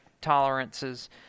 tolerances